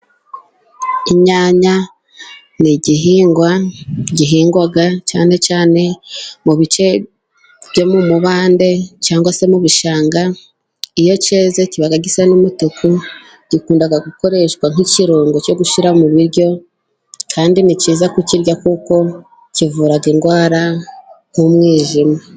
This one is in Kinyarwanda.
Inyanya ni igihingwa gihingwa cyane cyane mu bice byo mu mubande cyangwa se mu bishanga. Iyo cyeze kiba gisa n'umutuku. Gikunda gukoreshwa nk'ikirungo cyo gushyira mu biryo, kandi ni cyiza kukirya kuko kivura indwara y'umwijima.